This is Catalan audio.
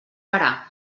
parar